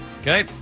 Okay